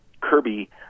Kirby